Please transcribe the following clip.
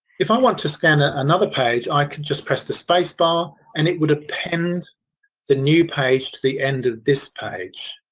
if i want to scan ah another page. i can just press the space bar and it would append the new page to the end of this page.